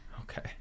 Okay